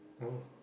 oh